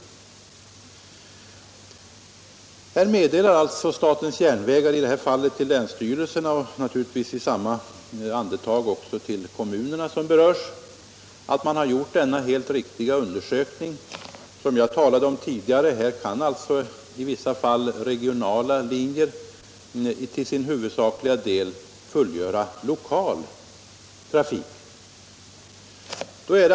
Här meddelar alltså statens järnvägar en länsstyrelse — och naturligtvis samtidigt också berörda kommuner — att SJ har gjort denna helt riktiga undersökning som jag talade om tidigare. Här kan alltså i vissa fall regionala linjer till sin huvudsakliga del fullgöra lokal trafik.